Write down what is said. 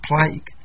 plague